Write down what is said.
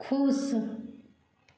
खुश